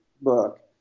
book